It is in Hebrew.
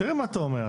תראה מה אתה אומר.